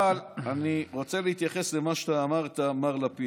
אבל אני רוצה להתייחס למה שאתה אמרת, מר לפיד.